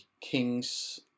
King's